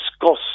discuss